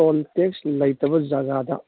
toll tax ꯂꯩꯇꯕ ꯖꯒꯥꯗ